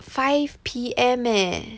five P_M eh